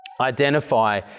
identify